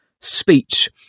speech